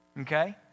Okay